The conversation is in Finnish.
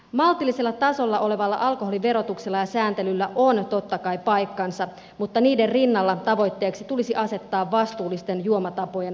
maltillisella tasolla olevalla alkoholiverotuksella ja sääntelyllä on totta kai paikkansa mutta niiden rinnalla tavoitteeksi tulisi asettaa vastuullisten juomatapojen omaksuminen